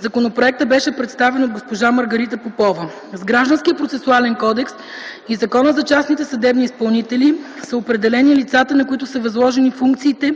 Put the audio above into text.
законопроектът бе представен от госпожа Маргарита Попова. С Гражданския процесуален кодекс и Закона за частните съдебни изпълнители са определени лицата, на които са възложени функциите